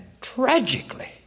tragically